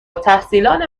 التحصیلان